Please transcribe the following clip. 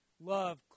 Love